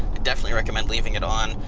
definitely recommend leaving it on.